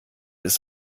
ist